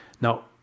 now